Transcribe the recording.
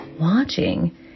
Watching